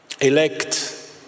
elect